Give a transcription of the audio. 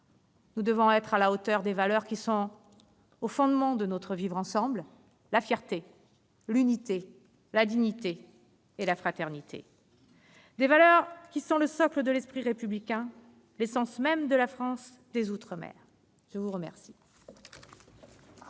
Nous devons être à la hauteur des valeurs qui sont au fondement de notre vivre-ensemble : la fierté, l'unité, la dignité et la fraternité. Ces valeurs sont le socle de l'esprit républicain, l'essence même de la France des outre-mer. Nous allons